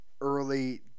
early